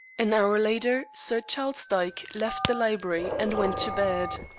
an hour later sir charles dyke left the library and went to bed.